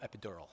epidural